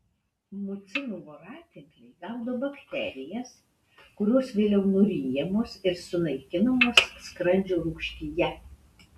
mucinų voratinkliai gaudo bakterijas kurios vėliau nuryjamos ir sunaikinamos skrandžio rūgštyje